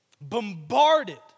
bombarded